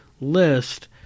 list